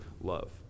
love